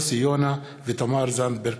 תודה.